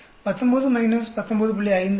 552 19 19